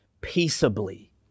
peaceably